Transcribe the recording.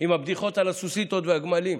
עם הבדיחות על הסוסיתות והגמלים.